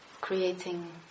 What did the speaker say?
creating